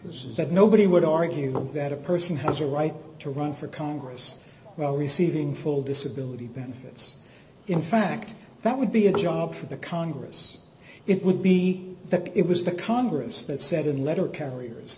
this is that nobody would argue that a person has a right to run for congress well receiving full disability benefits in fact that would be a job for the congress it would be that it was the congress that said in the letter carriers